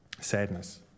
sadness